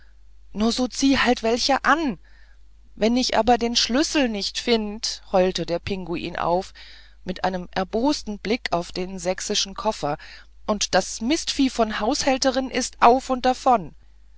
no so zieh er halt welche an wenn ich aber den schlüssel nicht find heulte der pinguin auf mit einem erbosten blick auf den sächsischen koffer und das mistvieh von haushälterin is auf und davon